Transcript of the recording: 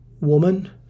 Woman